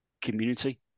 community